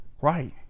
Right